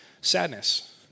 sadness